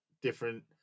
different